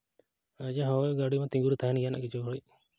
ᱟᱪᱪᱷᱟ ᱦᱳᱭ ᱜᱟᱹᱰᱤ ᱢᱟ ᱛᱤᱸᱜᱩ ᱨᱮ ᱛᱟᱦᱮᱱ ᱜᱮᱭᱟ ᱦᱟᱸᱜ ᱠᱤᱪᱷᱩ ᱜᱷᱟᱹᱲᱤᱡ